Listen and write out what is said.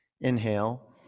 Inhale